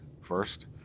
first